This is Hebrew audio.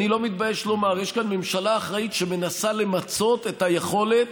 אני לא מתבייש לומר: יש כאן ממשלה אחראית שמנסה למצות את היכולת